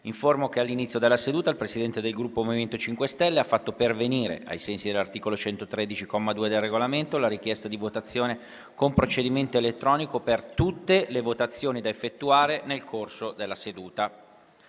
che all'inizio della seduta il Presidente del Gruppo MoVimento 5 Stelle ha fatto pervenire, ai sensi dell'articolo 113, comma 2, del Regolamento, la richiesta di votazione con procedimento elettronico per tutte le votazioni da effettuare nel corso della seduta.